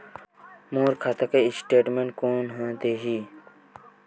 मोर खाता के स्टेटमेंट कोन ह देही?